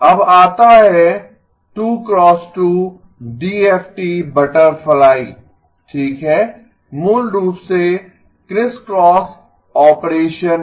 अब आता है 2 x 2 डीएफटी बटरफ्लाई ठीक है मूल रूप से क्रिस्क्रॉस ऑपरेशन है